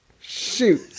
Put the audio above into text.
Shoot